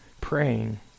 praying